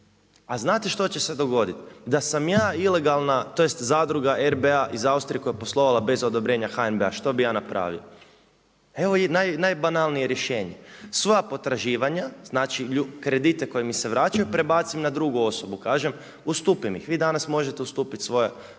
A znate što će se dogoditi, da sam ja ilegalna tj. zadruga RBA koja je poslovala bez odobrenja HNB-a što bi ja napravio, evo najbanalnije rješenje. Svoja potraživanja znači kredite koji mi se vraćaju prebacim na drugu osobu, kažem ustupi mi ih. Vi danas možete ustupiti svoja